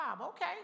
Okay